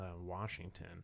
Washington